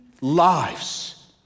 lives